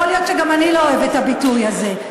יכול להיות שגם אני לא אוהבת את הביטוי הזה.